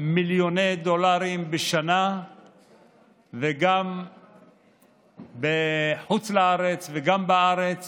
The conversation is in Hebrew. מיליוני דולרים בשנה גם בחוץ לארץ וגם בארץ